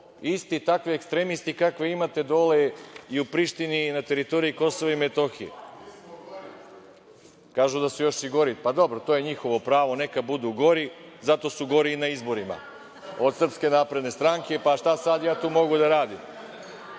isti takvi ekstremisti kakve imate dole i u Prištini i na teritoriji Kosova i Metohije. Kažu da su još i gori. Dobro, to je njihovo pravo, neka budu gori, zato su gori i na izborima od SNS. Pa, šta sad ja tu mogu da radim?